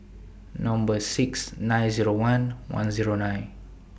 Number six nine Zero one one Zero nine